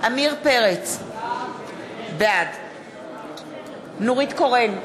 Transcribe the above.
עמיר פרץ, בעד נורית קורן,